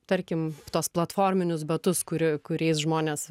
tarkim tuos platforminius batus kuri kuriais žmonės